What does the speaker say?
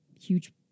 huge